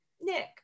Nick